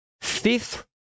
fifth